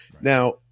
Now